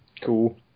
Cool